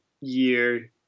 year